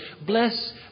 bless